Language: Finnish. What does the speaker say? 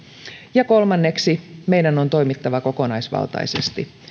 ja kolmanneksi meidän on toimittava kokonaisvaltaisesti